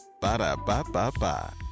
Ba-da-ba-ba-ba